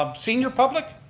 um senior public,